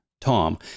Tom